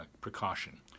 precaution